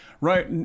right